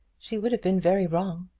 she would have been very wrong.